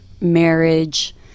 marriage